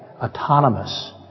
autonomous